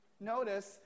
notice